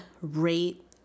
rate